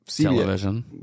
Television